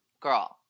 Girl